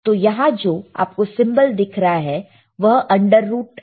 तो यहां जो आपको सिंबल दिख रहा है यह अंडर रूट है